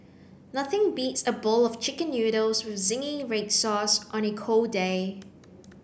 nothing beats a bowl of chicken noodles with zingy red sauce on a cold day